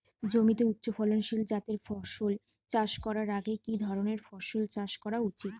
জমিতে উচ্চফলনশীল জাতের ফসল চাষ করার আগে কি ধরণের ফসল চাষ করা উচিৎ?